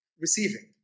receiving